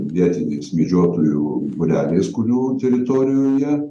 vietiniais medžiotojų būreliais kurių teritorijoje